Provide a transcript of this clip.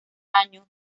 año